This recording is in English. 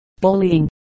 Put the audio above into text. bullying